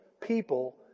people